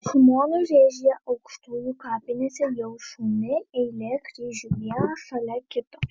šimonių rėžyje aukštujų kapinėse jau šauni eilė kryžių vienas šalia kito